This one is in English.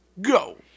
go